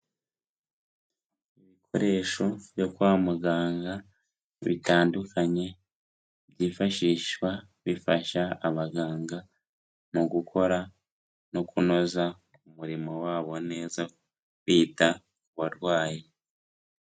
Ibikoresho byo kwa muganga bitandukanye byifashishwa, bifasha abaganga mu gukora no kunoza umurimo wabo neza bita ku barwayi.